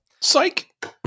Psych